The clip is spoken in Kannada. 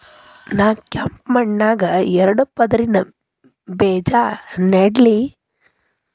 ನಾ ಕೆಂಪ್ ಮಣ್ಣಾಗ ಎರಡು ಪದರಿನ ಬೇಜಾ ನೆಡ್ಲಿ?